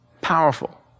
Powerful